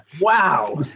Wow